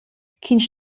ch’ins